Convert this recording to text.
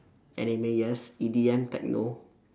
anime yes E_D_M tehcno